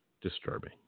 disturbing